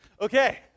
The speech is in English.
Okay